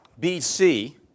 BC